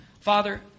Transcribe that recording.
Father